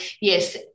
yes